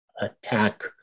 attack